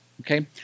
okay